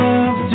Love